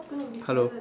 hello